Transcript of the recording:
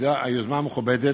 היוזמה המכובדת,